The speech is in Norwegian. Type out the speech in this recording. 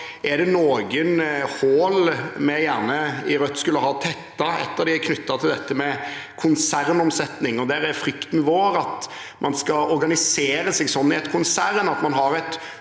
er det noen hull vi i Rødt gjerne skulle ha tettet. Ett av dem er knyttet til dette med konsernomsetning. Der er frykten vår at man skal organisere seg sånn i et konsern at man har et